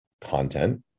content